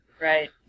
Right